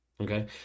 Okay